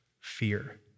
fear